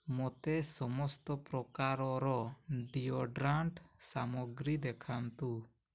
ମୋତେ ସମସ୍ତ ପ୍ରକାରର ଡ଼ିଓଡ୍ରାଣ୍ଟ୍ ସାମଗ୍ରୀ ଦେଖାନ୍ତୁ